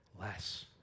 less